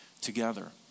together